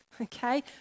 okay